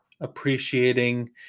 appreciating